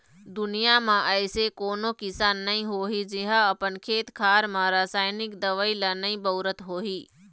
दुनिया म अइसे कोनो किसान नइ होही जेहा अपन खेत खार म रसाइनिक दवई ल नइ बउरत होही